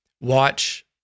watch